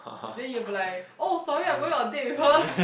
then you have like oh sorry I'm going on a date with her